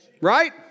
right